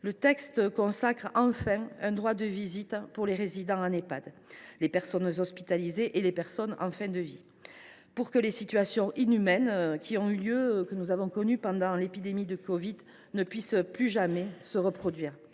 le texte consacre enfin un droit de visite pour les résidents en Ehpad, les personnes hospitalisées et les personnes en fin de vie, pour que les situations inhumaines qui ont eu lieu pendant l’épidémie de covid ne puissent plus jamais se reproduire.